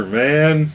man